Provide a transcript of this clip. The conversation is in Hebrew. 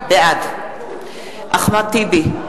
בעד אחמד טיבי,